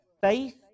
faith